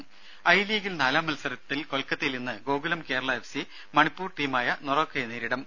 രും ഐ ലീഗിൽ നാലാം മത്സരത്തിൽ കൊൽക്കത്തയിൽ ഇന്ന് ഗോകുലം കേരള എഫ്സി മണിപ്പൂർ ടീമായ നെറോക്കയെ നേരിടും